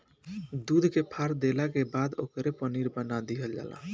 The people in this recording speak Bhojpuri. दूध के फार देला के बाद ओकरे पनीर बना दीहल जला